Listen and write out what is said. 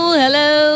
hello